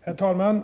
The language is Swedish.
Herr talman!